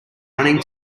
running